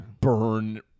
burn